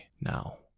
now